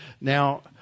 Now